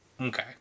Okay